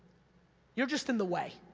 you're just in the way.